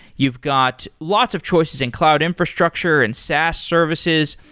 you've got lots of choices in cloud infrastructure and saas services.